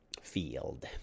field